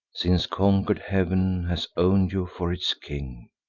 since conquer'd heav'n has own'd you for its king.